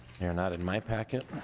they are not in my packet.